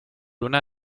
una